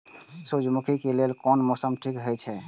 सूर्यमुखी के लेल कोन मौसम ठीक हे छे?